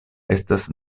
estas